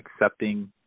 accepting